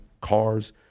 Cars